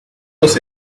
was